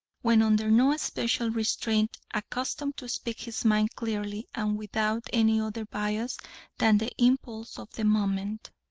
when under no special restraint, accustomed to speak his mind clearly and without any other bias than the impulse of the moment.